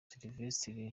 sylivestre